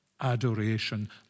adoration